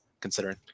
considering